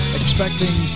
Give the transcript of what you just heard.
expecting